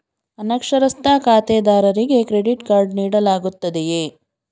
ಅನಕ್ಷರಸ್ಥ ಖಾತೆದಾರರಿಗೆ credit card ನೀಡಲಾಗುತ್ತದೆಯೇ?